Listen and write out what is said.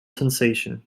sensation